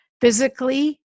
Physically